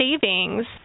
savings